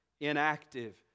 inactive